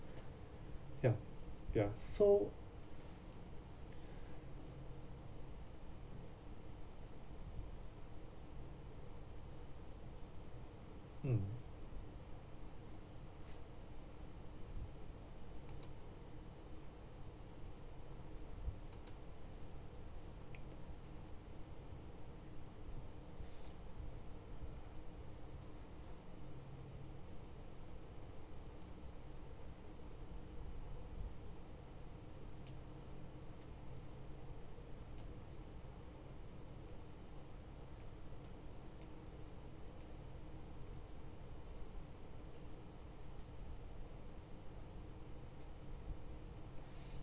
ya ya so mm